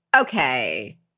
Okay